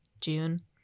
June